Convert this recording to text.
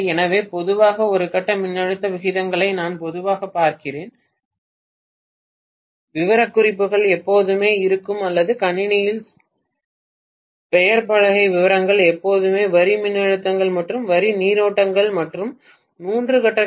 எனவே பொதுவாக ஒரு கட்ட மின்னழுத்த விகிதங்களை நாங்கள் பொதுவாகப் பார்க்கிறோம் விவரக்குறிப்புகள் எப்போதுமே இருக்கும் அல்லது கணினியில் பெயர்ப்பலகை விவரங்கள் எப்போதுமே வரி மின்னழுத்தங்கள் மற்றும் வரி நீரோட்டங்கள் மற்றும் மூன்று கட்ட கே